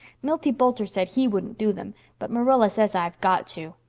milty boulter said he wouldn't do them, but marilla says i've got to.